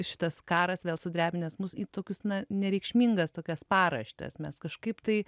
šitas karas vėl sudrebinęs mus į tokius na nereikšmingas tokias paraštes mes kažkaip tai